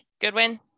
Goodwin